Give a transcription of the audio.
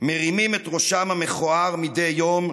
מרימים את ראשם המכוער מדי יום,